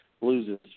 loses